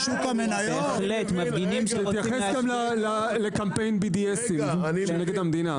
--- תתייחס גם לקמפיין של BDS נגד המדינה.